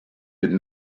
did